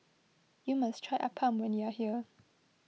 you must try Appam when you are here